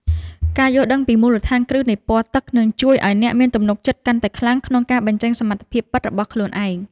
ការយល់ដឹងពីមូលដ្ឋានគ្រឹះនៃពណ៌ទឹកនឹងជួយឱ្យអ្នកមានទំនុកចិត្តកាន់តែខ្លាំងក្នុងការបញ្ចេញសមត្ថភាពពិតរបស់ខ្លួនឯង។